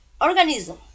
organism